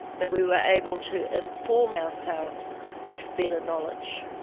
that we were able to inform ourselves with better knowledge.